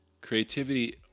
Creativity